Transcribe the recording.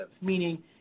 meaning